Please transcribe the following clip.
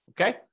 Okay